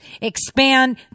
expand